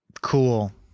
Cool